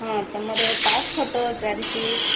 ହଁ ତୁମର pass photo ଚାରୋଟି